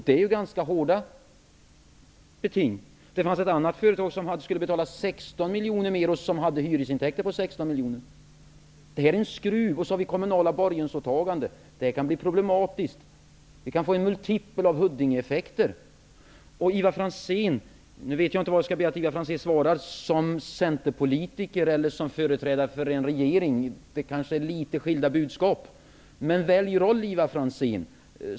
Det är ju ganska hårda beting. Ett annat företag som skall betala 16 miljoner mer har hyresintäkter på 16 miljoner. Vi har dessutom kommunala borgensåtaganden. Det här kan bli problematiskt. Det kan bli en multipel av Huddingeeffekter. Jag vet inte om jag skall be Ivar Franzén bemöta detta som centerpolitiker eller som företrädare för regeringen. Det blir kanske litet skilda budskap. Välj roll, Ivar Franzén!